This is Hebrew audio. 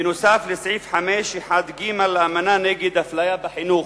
בנוסף לסעיף 5(1)(ג) לאמנה נגד אפליה בחינוך.